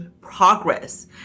progress